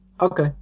Okay